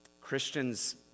Christians